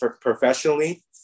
professionally